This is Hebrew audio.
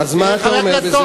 אז מה אתה אומר בזה,